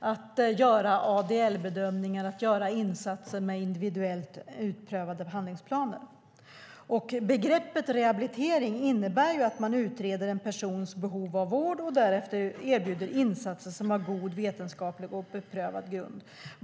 Det handlar om att göra ADL-bedömningar och om att göra insatser med individuellt utprövade behandlingsplaner. Rehabilitering innebär ju att man utreder en persons behov av vård och därefter erbjuder insatser som har god vetenskaplig och beprövad grund.